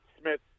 Smith